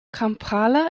kampala